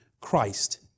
Christ